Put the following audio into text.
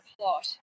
plot